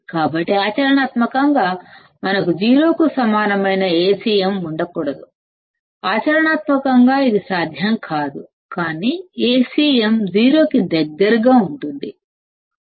కాబట్టి ఆచరణాత్మకంగా మనకు సున్నా కి సమానమైన Acm ఉండకూడదు ఆచరణాత్మకంగా ఇది సాధ్యం కాదు కానీ Acmసున్నా కి దగ్గరగా ఉంటుంది